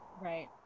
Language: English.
Right